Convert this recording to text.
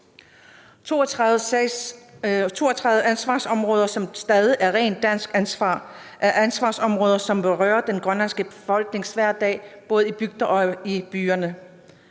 32 ansvarsområder, som stadig er rent dansk ansvar, og det er ansvarsområder, som berører den grønlandske befolknings hverdag både i bygder og i byer.